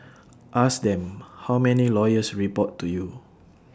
ask them how many lawyers report to you